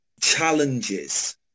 challenges